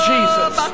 Jesus